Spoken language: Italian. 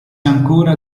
ancora